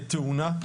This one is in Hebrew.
תאונה,